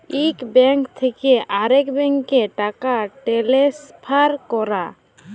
ইক ব্যাংক থ্যাকে আরেক ব্যাংকে টাকা টেলেসফার ক্যরা